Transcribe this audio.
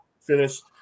finished